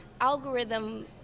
algorithm